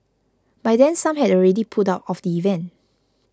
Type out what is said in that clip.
by then some had already pulled out of the event